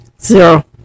Zero